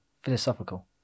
Philosophical